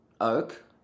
oak